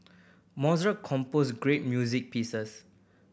Mozart composed great music pieces